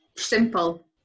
simple